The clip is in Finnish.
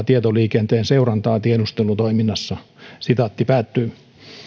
tietoliikenteen seurantaa tiedustelutoiminnassa